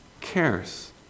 cares